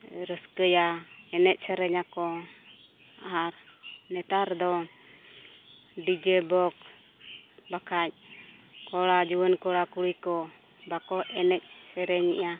ᱨᱟᱹᱥᱠᱟᱹᱭᱟ ᱮᱱᱮᱡ ᱥᱮᱨᱮᱧ ᱟᱠᱚ ᱟᱨ ᱱᱮᱛᱟᱨ ᱫᱚ ᱰᱤᱡᱮ ᱵᱚᱠᱥ ᱵᱟᱠᱷᱟᱡ ᱠᱚᱲᱟ ᱡᱩᱣᱟᱹᱱ ᱠᱚᱲᱟᱼᱠᱩᱲᱤ ᱠᱚ ᱵᱟᱠᱚ ᱮᱱᱮᱡ ᱥᱮᱨᱮᱧᱮᱜᱼᱟ